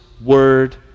word